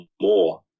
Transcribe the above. more